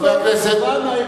חברי הכנסת,